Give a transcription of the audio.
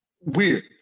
weird